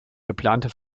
geplante